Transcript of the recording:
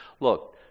Look